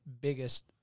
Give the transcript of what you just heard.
biggest